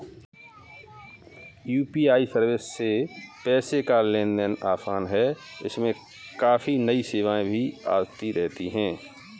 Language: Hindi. यू.पी.आई सर्विस से पैसे का लेन देन आसान है इसमें काफी नई सेवाएं भी आती रहती हैं